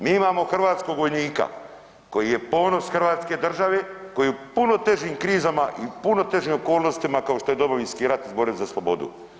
Mi imamo hrvatskog vojnika koji je ponos Hrvatske države, koji je u puno težim krizama i puno težim okolnostima kao što je Domovinski rat i borba za slobodu.